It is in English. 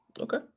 Okay